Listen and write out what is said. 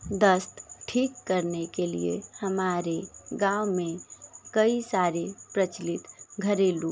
दस्त ठीक करने के लिये हमारे गाँव में कई सारे प्रचलित घरेलू